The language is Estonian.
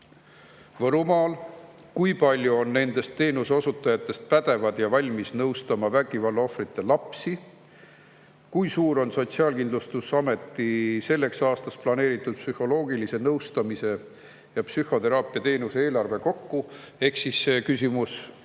Võrumaal? Kui palju on nendest teenuse osutajatest pädevad ja valmis nõustama vägivalla ohvrite lapsi? Kui suur on Sotsiaalkindlustusameti selleks aastaks planeeritud psühholoogilise nõustamise ja psühhoteraapia teenuse eelarve kokku? See küsimus